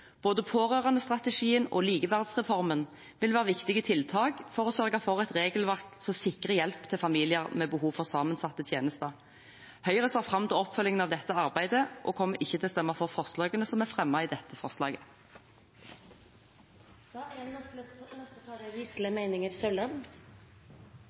Både pårørendestrategien og likeverdsreformen vil være viktige tiltak for å sørge for et regelverk som sikrer hjelp til familier med behov for sammensatte tjenester. Høyre ser fram til oppfølgingen av dette arbeidet og kommer ikke til å stemme for forslagene som er fremmet i dette